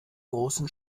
großen